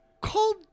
called